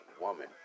woman